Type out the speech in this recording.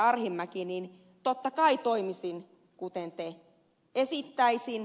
arhinmäki niin totta kai toimisin kuten te